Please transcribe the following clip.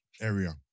area